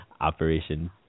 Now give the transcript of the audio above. Operation